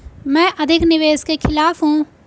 मैं अधिक निवेश के खिलाफ हूँ